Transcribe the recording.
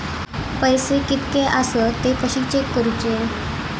पैसे कीतके आसत ते कशे चेक करूचे?